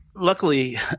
luckily